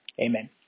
Amen